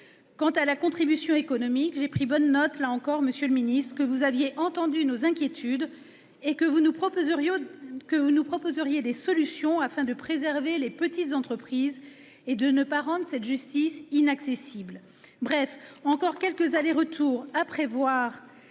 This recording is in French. Quant à la contribution économique, j'ai pris bonne note, monsieur le garde des sceaux, de ce que vous aviez entendu nos inquiétudes et que vous nous proposeriez des solutions afin de préserver les petites entreprises et de ne pas rendre cette justice inaccessible. Bien qu'il reste encore quelques allers-retours à prévoir,